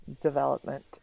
development